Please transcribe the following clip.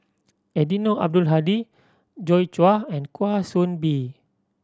Eddino Abdul Hadi Joi Chua and Kwa Soon Bee